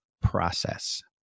process